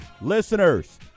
listeners